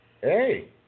Hey